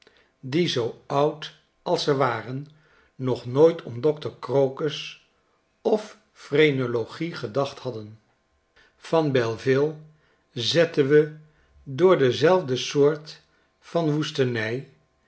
die zoo oud als ze waren nog nooit om dokter crocus of phrenologie gedacht hadden yan belleville zetten we door dezelfde soort van woestenij